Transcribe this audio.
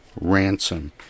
Ransom